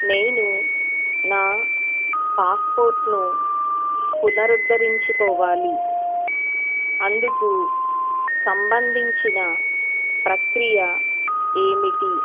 నేను నా పాస్పోర్ట్ను పునరుద్ధరించుకోవాలి అందుకు సంబంధించిన ప్రక్రియ ఏమిటి